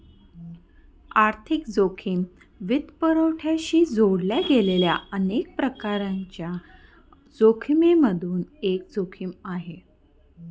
आर्थिक जोखिम वित्तपुरवठ्याशी जोडल्या गेलेल्या अनेक प्रकारांच्या जोखिमिमधून एक जोखिम आहे